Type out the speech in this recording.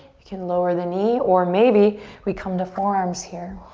you can lower the knee, or maybe we come to forearms here.